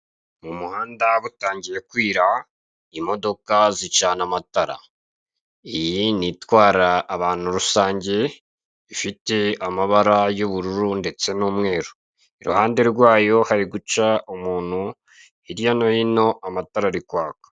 Umuhanda butangiye kwira imodoka zicana amatara. Iyi ni itwara abantu rusange ifite amabara y'ubururu ndetse n'umweru, iruhande rwayo hari guca umuntu hirya no hino amatara ari kwaka.